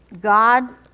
God